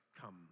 come